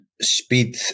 speed